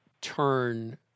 turn